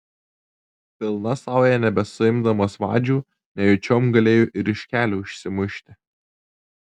pilna sauja nebesuimdamas vadžių nejučiom galėjo ir iš kelio išsimušti